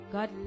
God